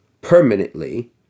permanently